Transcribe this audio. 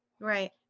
Right